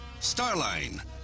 Starline